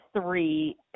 three